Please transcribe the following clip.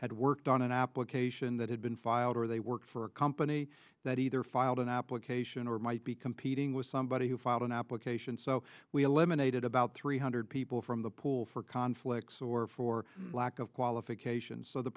had worked on an application that had been filed or they work for a company that either filed an application or might be competing with somebody who filed an application so we eliminated about three hundred people from the pool for conflicts or for lack of qualification so the